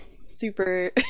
Super